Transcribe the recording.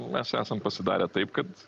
mes esam pasidarę taip kad